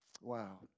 wow